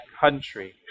country